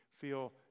feel